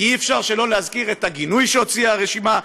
כי אי-אפשר שלא להזכיר את הגינוי שהוציאה הרשימה,